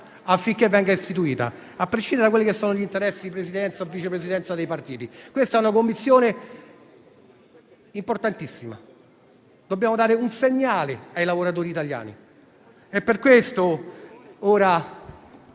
venga istituita, a prescindere dagli interessi di Presidenza o Vice Presidenza dei partiti. Si tratta di una Commissione importantissima: dobbiamo dare un segnale ai lavoratori italiani.